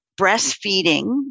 breastfeeding